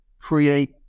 create